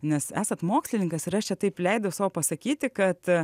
nes esat mokslininkas ir aš čia taip leidau sau pasakyti kad